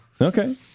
Okay